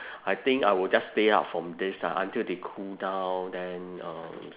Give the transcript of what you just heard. I think I will just stay out from this ah until they cool down then um